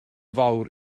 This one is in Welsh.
fawr